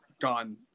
gone